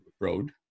road